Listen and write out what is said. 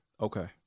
Okay